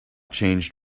changed